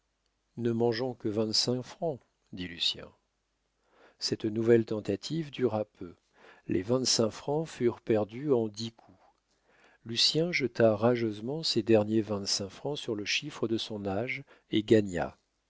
ne mangeons que vingt-cinq francs dit lucien cette nouvelle tentative dura peu les vingt-cinq francs furent perdus en dix coups lucien jeta rageusement ses derniers vingt-cinq francs sur le chiffre de son âge et gagna